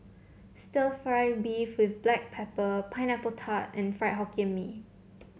stir fry beef with Black Pepper Pineapple Tart and Fried Hokkien Mee